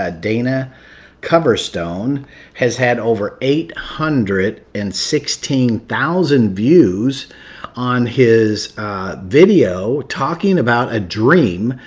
ah dana coverstone has had over eight hundred and sixteen thousand views on his video talking about a dream,